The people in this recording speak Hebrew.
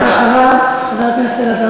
אחריו, חבר הכנסת אלעזר